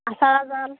আচাৰা জাল